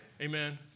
Amen